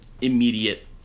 immediate